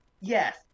Yes